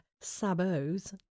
sabots